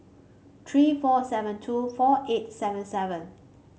three four seven two four eight seven seven